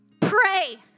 Pray